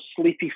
sleepy